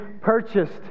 purchased